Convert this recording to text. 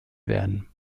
werden